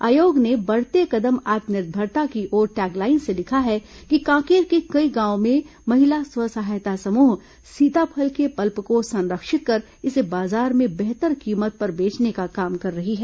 आयोग ने बढ़ते कदम आत्मनिर्भरता की ओर टैगलाइन से लिखा है कि कांकेर के कई गांवों में महिला स्व सहायता समूह सीताफल के पल्प को संरक्षित कर इसे बाजार में बेहतर कीमत पर बेचने का काम कर रही है